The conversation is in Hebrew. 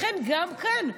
לכן גם כאן,